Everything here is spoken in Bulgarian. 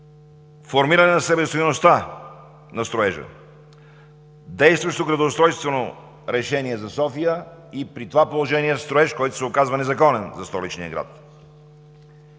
формиране на себестойността на строежа; действащо градоустройствено решение за София, и при това положение строеж, който се оказва незаконен за столичния град;